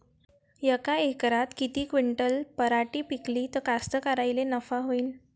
यका एकरात किती क्विंटल पराटी पिकली त कास्तकाराइले नफा होईन?